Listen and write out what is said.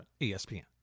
ESPN